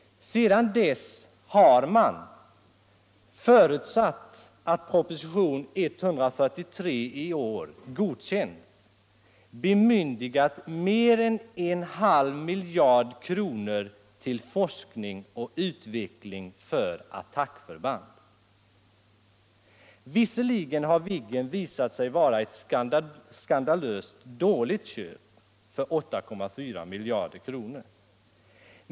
Sedan dess har man — förutsatt att propositionen 1975/76:143 godkänts — bemyndigat mer än en halv miljard kronor till forskning och utveckling för attackförband. Visserligen har Viggen visat sig vara ett skandalöst dåligt köp — för 8,4 miljarder kronor.